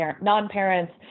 non-parents